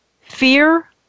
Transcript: Fear